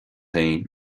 féin